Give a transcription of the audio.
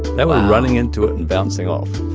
they were running into it and bouncing off.